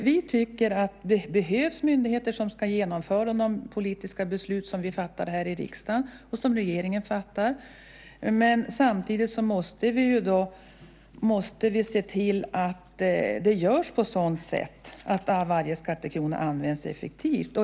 Vi tycker att det behövs myndigheter som ska genomföra de politiska beslut som vi fattar här i riksdagen och som regeringen fattar, men samtidigt måste vi se till att det görs på ett sådant sätt att varje skattekrona används effektivt.